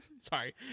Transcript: Sorry